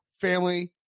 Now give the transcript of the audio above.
family